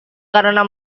karena